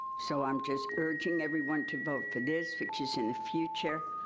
so i'm just urging everyone to vote for this which is in the future.